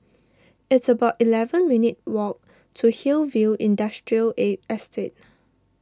it's about eleven minutes' walk to Hillview Industrial Estate